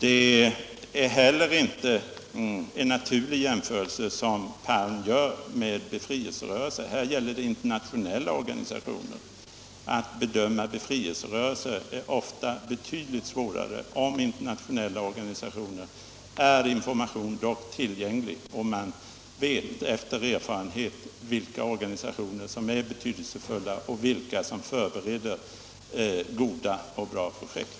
Det är heller inte en naturlig jämförelse som herr Palm gör med befrielserörelser. Här gäller det internationella organisationer. Att bedöma befrielserörelser är ofta betydligt svårare. Om internationella organisationer är dock information tillgänglig på ett helt annat sätt, och man vet av erfarenhet vilka organisationer som är betydelsefulla och vilka som har för vana att göra goda och bra projekt.